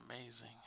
amazing